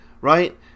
right